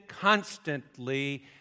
constantly